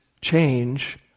change